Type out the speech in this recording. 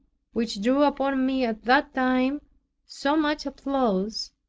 which drew upon me at that time so much applause,